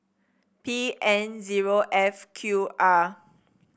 P N zero F Q R